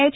H